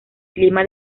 clima